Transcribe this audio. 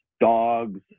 dogs